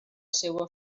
seua